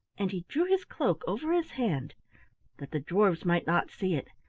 and he drew his cloak over his hand that the dwarfs might not see it,